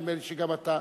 נדמה לי שגם אתה,